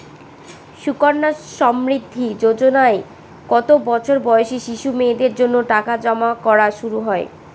সুকন্যা সমৃদ্ধি যোজনায় কত বছর বয়সী শিশু মেয়েদের জন্য টাকা জমা করা শুরু হয়?